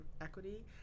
equity